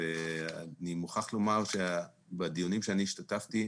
אני מוכרח לומר שבדיונים שבהם אני השתתפתי,